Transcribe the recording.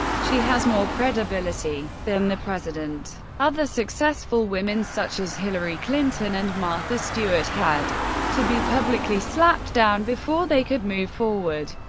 she has more credibility than the president. other successful women, such as hillary clinton and martha stewart, had to be publicly slapped down before they could move forward.